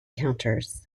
counters